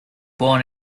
born